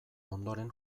ondoren